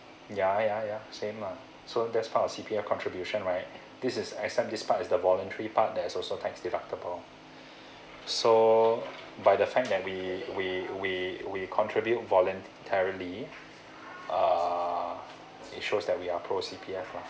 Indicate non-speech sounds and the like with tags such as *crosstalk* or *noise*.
ya ya ya same lah so that's part of C_P_F contribution right this is assembly's part is the voluntary part that also tax deductible *breath* so by the fact that we we we we contribute voluntarily err it shows that we are pro C_P_F lah